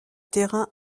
terrain